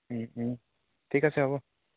ঠিক আছে হ'ব